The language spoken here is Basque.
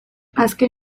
azken